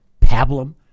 pablum